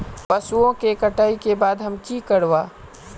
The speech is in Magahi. पशुओं के कटाई के बाद हम की करवा?